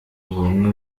ubumwe